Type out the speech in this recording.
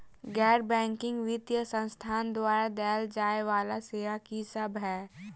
गैर बैंकिंग वित्तीय संस्थान द्वारा देय जाए वला सेवा की सब है?